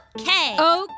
Okay